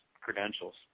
credentials